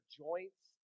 joints